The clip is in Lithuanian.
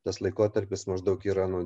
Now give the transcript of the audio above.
tas laikotarpis maždaug yra nuo